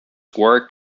worked